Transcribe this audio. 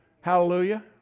Hallelujah